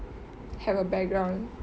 have a background